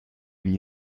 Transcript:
wie